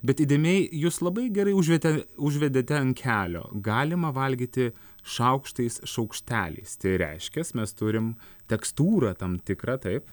bet įdėmiai jūs labai gerai užvetė užvedėte ant kelio galima valgyti šaukštais šaukšteliais tai reiškias mes turim tekstūrą tam tikrą taip